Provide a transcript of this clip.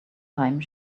time